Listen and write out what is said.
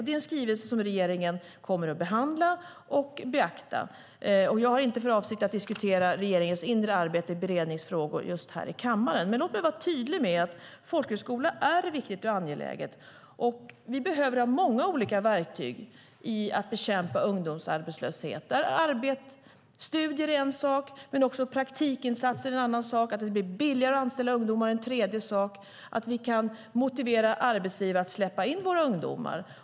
Det är en skrivelse som regeringen kommer att behandla och beakta. Jag har inte för avsikt att i kammaren diskutera regeringens inre arbete i beredningsfrågor, men låt mig vara tydlig med att folkhögskolan är viktig. Vi behöver många olika verktyg för att bekämpa ungdomsarbetslösheten. Studier är en sak, praktikinsatser en annan, en tredje är att det ska bli billigare att anställa ungdomar, att vi kan motivera arbetsgivare att släppa in våra ungdomar.